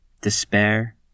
despair